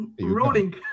rolling